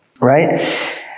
right